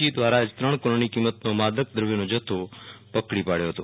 જી દ્રૌરા જે ત્રણ કરોડની કિંમતનો માદક દ્રવ્યોનો જથ્થો પકડી પાડચો હતો